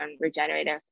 regenerative